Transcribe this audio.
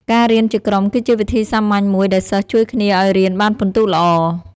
ការរៀនជាក្រុមគឺជាវិធីសាមញ្ញមួយដែលសិស្សជួយគ្នាឲ្យរៀនបានពិន្ទុល្អ។